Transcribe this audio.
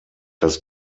das